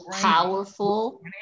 powerful